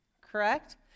Correct